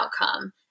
outcome